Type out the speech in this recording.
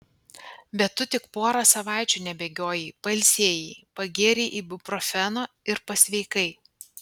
bet tu tik porą savaičių nebėgiojai pailsėjai pagėrei ibuprofeno ir pasveikai